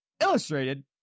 Illustrated